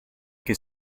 che